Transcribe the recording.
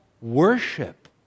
Worship